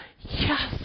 yes